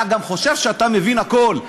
אתה גם חושב שאתה מבין הכול.